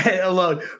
alone